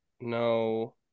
No